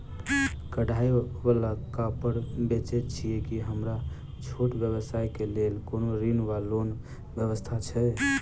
कढ़ाई वला कापड़ बेचै छीयै की हमरा छोट व्यवसाय केँ लेल कोनो ऋण वा लोन व्यवस्था छै?